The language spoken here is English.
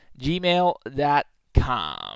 gmail.com